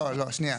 לא, לא, שנייה.